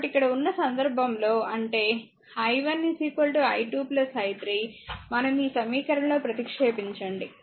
కాబట్టి ఇక్కడ ఉన్న సందర్భంలో అంటే i1 i2 i3 మనం ఈ సమీకరణంలో ప్రతిక్షేపించండి